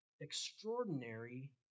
extraordinary